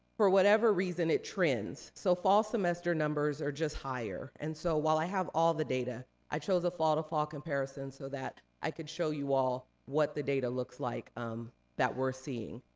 for whatever reason, it trends. so fall semester numbers are just higher. and so while i have all the data, i chose a fall to fall comparison so that i could show you all what the data looks like um that we're seeing.